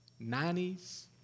90s